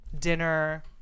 dinner